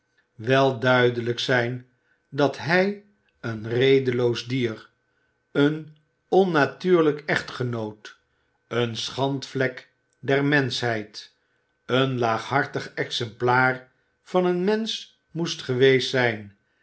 wel duidelijk zijn dat hij een redeloos dier een onnatuurlijk echtgenoot eene schandvlek der menschheid een laaghartig exemplaar van een mensch moest geweest zijn